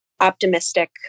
optimistic